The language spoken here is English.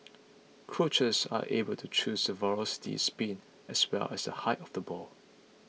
coaches are able to choose the velocity spin as well as the height of the ball